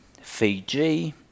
Fiji